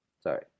sorry